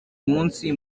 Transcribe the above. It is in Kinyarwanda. munsi